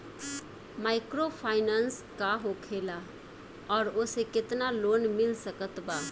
Microfinance का होखेला और ओसे केतना लोन मिल सकत बा?